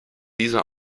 dieser